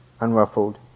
unruffled